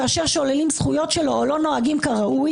כאשר שוללים זכויות שלו או לא נוהגים כראוי